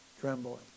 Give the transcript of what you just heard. trembling